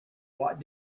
what